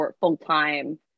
full-time